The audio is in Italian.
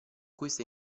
questa